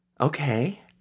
Okay